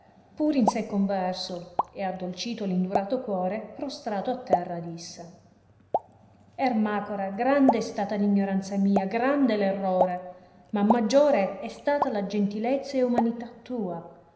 pur in se converso e addolcito l indurato cuore prostrato a terra disse ermacora grande è stata l ignoranza mia grande l errore ma maggiore è stata la gentilezza e umanità tua